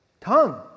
tongue